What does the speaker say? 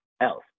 else